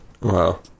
Wow